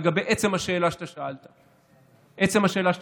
לגבי עצם השאלה שאתה שאלת, עצם השאלה ששאלת,